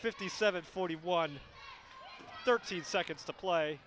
fifty seven forty one thirty seconds to play